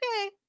okay